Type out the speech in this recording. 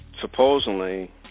Supposedly